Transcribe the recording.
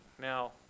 Now